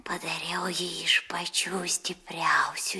padariau jį iš pačių stipriausių